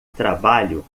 trabalho